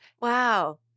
Wow